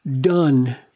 done